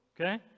okay